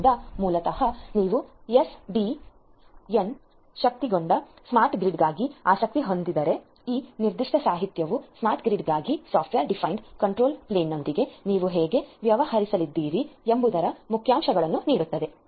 ಆದ್ದರಿಂದ ಮೂಲತಃ ನೀವು ಎಸ್ಡಿಎನ್ ಶಕ್ತಗೊಂಡ ಸ್ಮಾರ್ಟ್ ಗ್ರಿಡ್ಗಾಗಿ ಆಸಕ್ತಿ ಹೊಂದಿದ್ದರೆ ಈ ನಿರ್ದಿಷ್ಟ ಸಾಹಿತ್ಯವು ಸ್ಮಾರ್ಟ್ ಗ್ರಿಡ್ಗಾಗಿ ಸಾಫ್ಟ್ವೇರ್ ಡಿಫೈನ್ಡ್ ಕಂಟ್ರೋಲ್ ಪ್ಲೇನ್ನೊಂದಿಗೆ ನೀವು ಹೇಗೆ ವ್ಯವಹರಿಸಲಿದ್ದೀರಿ ಎಂಬುದರ ಮುಖ್ಯಾಂಶಗಳನ್ನು ನೀಡುತ್ತದೆ